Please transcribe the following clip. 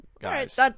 guys